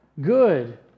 good